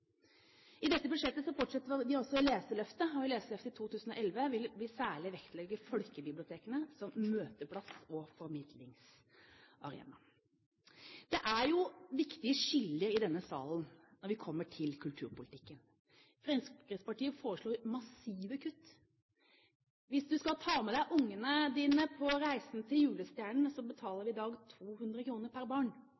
I dette budsjettet fortsetter vi også Leseløftet, og i Leseløftet 2011 vil vi særlig vektlegge folkebibliotekene som møteplass og formidlingsarena. Det er viktige skiller i denne salen når vi kommer til kulturpolitikken. Fremskrittspartiet foreslår massive kutt. Hvis du skal ta med deg ungene dine på «Reisen til Julestjernen», betaler